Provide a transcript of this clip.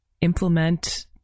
implement